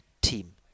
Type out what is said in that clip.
team